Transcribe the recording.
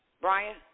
Brian